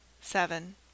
seven